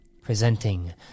presenting